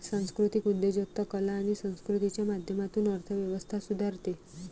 सांस्कृतिक उद्योजकता कला आणि संस्कृतीच्या माध्यमातून अर्थ व्यवस्था सुधारते